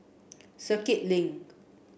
Circuit Link